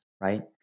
right